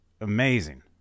amazing